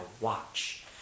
watch